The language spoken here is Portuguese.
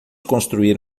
construir